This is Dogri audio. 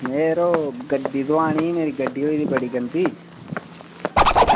मड़ो गड्डी धुआनी ही मेरी गड्डी होई बड़ी गंदी